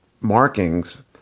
markings